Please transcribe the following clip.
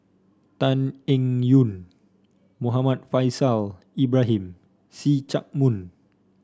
Tan Eng Yoon Muhammad Faishal Ibrahim See Chak Mun